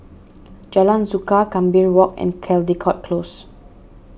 Jalan Suka Gambir Walk and Caldecott Close